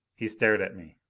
he stared at me.